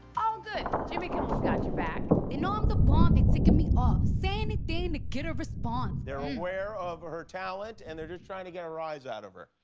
all good. jimmy kimmel's got your back. they know i'm the bomb, they ticking me off saying anything and to get a response they're aware of her talent, and they're just trying to get a rise out of her.